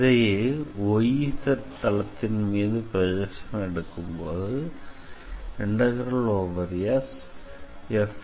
இதையே yz தளத்தின் மீது ப்ரொஜெக்ஷன் எடுக்கும்போது SF